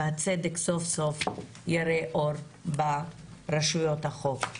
ושהצדק סוף סוף יראה אור ברשויות החוק.